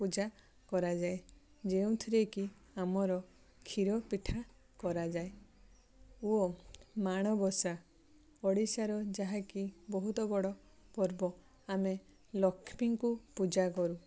ପୂଜା କରାଯାଏ ଯେଉଁଥିରେ କି ଆମର କ୍ଷୀର ପିଠା କରାଯାଏ ଓ ମାଣବସା ଓଡ଼ିଶାର ଯାହାକି ବହୁତ ବଡ଼ ପର୍ବ ଆମେ ଲକ୍ଷ୍ମୀଙ୍କୁ ପୂଜା କରୁ